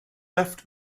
left